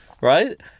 right